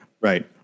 Right